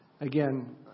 Again